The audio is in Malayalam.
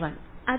a1